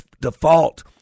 default